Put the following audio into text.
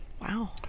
Wow